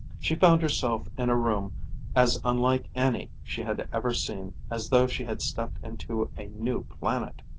she found herself in a room as unlike any she had ever seen as though she had stepped into a new planet.